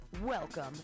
Welcome